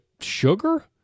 sugar